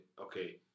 okay